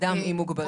אדם עם מוגבלות.